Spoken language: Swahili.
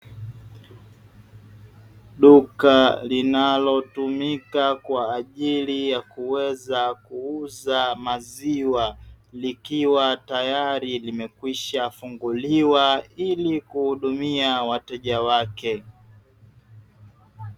Duka linalotumika kwaajili ya kuweza kuuza maziwa likiwa tayari limekwisha funguliwa ili kuhudumia wateja wake.